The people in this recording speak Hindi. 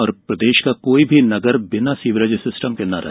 और प्रदेश का कोई भी नगर बिना सीवरेज सिस्टम के न रहे